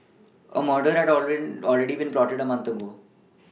a murder had a rare already been plotted a month ago